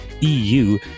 EU